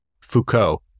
Foucault